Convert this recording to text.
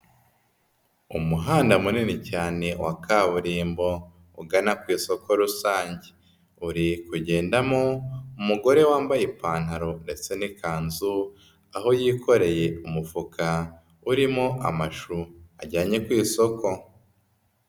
Umuhanda munini cyane wa kaburimbo ugana ku isoko rusange, uri kugendamo umugore wambaye ipantaro ndetse n'ikanzu aho yikoreye umufuka urimo amashu ajyanye ku isoko.